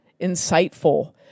insightful